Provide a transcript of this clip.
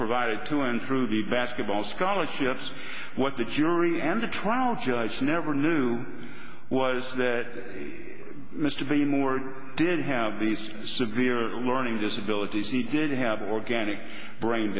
provided to him through the basketball scholarships what the jury and the trial judge never knew was that mr bean mord did have these severe learning disabilities and he did have organic brain